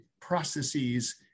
processes